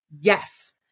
Yes